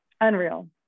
Unreal